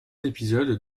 épisode